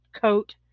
coat